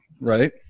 right